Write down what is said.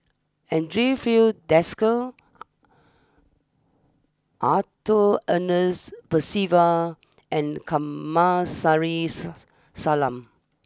Andre Filipe Desker Arthur Ernest Percival and Kamsari's Salam